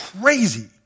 crazy